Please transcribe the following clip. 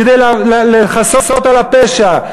כדי לכסות על הפשע.